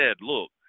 look